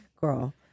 Girl